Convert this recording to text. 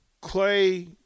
Clay